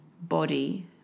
body